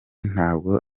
ntabwo